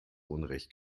unrecht